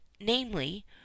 namely